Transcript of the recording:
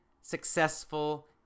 successful